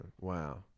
wow